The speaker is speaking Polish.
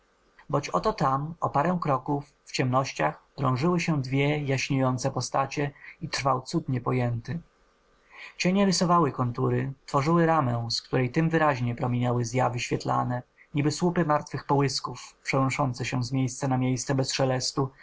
boć oto tam o parę kroków w ciemnościach drążyły się dwie jaśniejące postacie i trwał cud niepojęty cienie rysowały kontury tworzyły ramę z której tem wyraźniej promieniały zjawy świetlane niby słupy martwych połysków przenoszące się z miejsca na miejsce bez szelestu